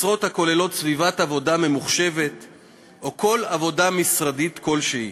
משרות הכוללות סביבת עבודה ממוחשבת או כל עבודה משרדית כלשהי.